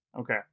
okay